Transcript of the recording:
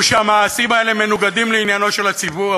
הוא שהמעשים האלה מנוגדים לעניינו של הציבור,